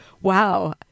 Wow